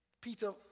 Peter